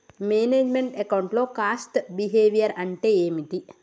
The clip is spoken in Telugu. మేనేజ్ మెంట్ అకౌంట్ లో కాస్ట్ బిహేవియర్ అంటే ఏమిటి?